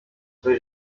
ndoli